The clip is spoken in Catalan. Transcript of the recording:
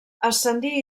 ascendí